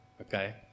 Okay